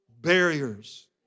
barriers